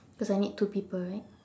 cause I need two people right